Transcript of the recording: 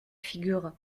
figure